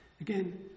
Again